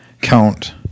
count